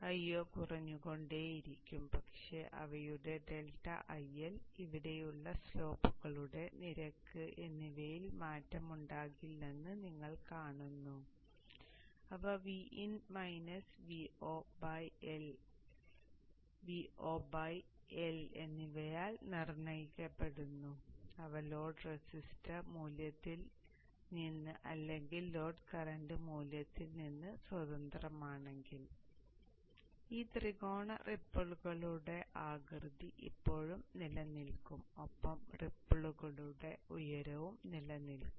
അതിനാൽ Io കുറഞ്ഞുകൊണ്ടേയിരിക്കും പക്ഷേ അവയുടെ ഡെൽറ്റ IL ഇവിടെയുള്ള സ്ലോപ്പുകളുടെ നിരക്ക് എന്നിവയിൽ മാറ്റമുണ്ടാകില്ലെന്ന് നിങ്ങൾ കാണുന്നു കാരണം അവ L Vo L എന്നിവയാൽ നിർണ്ണയിക്കപ്പെടുന്നു അവ ലോഡ് റെസിസ്റ്റർ മൂല്യത്തിൽനിന്ന് അല്ലെങ്കിൽ ലോഡ് കറന്റ് മൂല്യത്തിൽ നിന്ന് സ്വതന്ത്രമാണെങ്കിൽ അതിനാൽ ഈ ത്രികോണ റിപ്പിളുകളുടെ ആകൃതി ഇപ്പോഴും നിലനിൽക്കും ഒപ്പം റിപ്പിളുകളുടെ ഉയരവും നിലനിൽക്കും